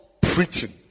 preaching